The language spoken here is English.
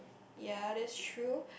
ya that's true